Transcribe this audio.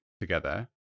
together